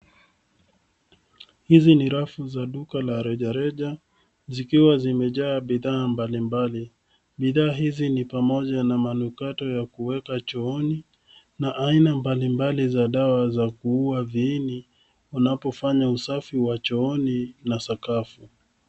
Hizi ni rafu za duka la rejareja zikiwa zimejaa bidhaa mbalimbali. Bidhaa hizi ni pamoja na manukato ya kuweka chooni na aina mbalimbali za dawa za kuua viini unapo fanya usafi wa chooni na sakafu.